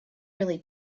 really